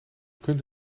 kunt